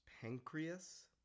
Pancreas